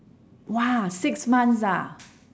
!wah! six months ah